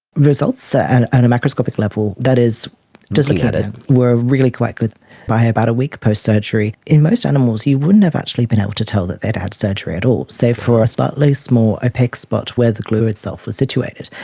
results at a and and macroscopic level, that is just looking at it, were really quite good by about a week post-surgery. in most animals you wouldn't have actually been able to tell that they'd had surgery at all, save for a slightly small opaque spot where the glue itself was situated.